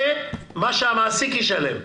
זה מה שהמעסיק ישלם.